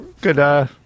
good